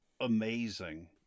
amazing